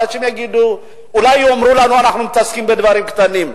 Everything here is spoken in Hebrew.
אנשים אולי יאמרו לנו: אנחנו מתעסקים בדברים קטנים.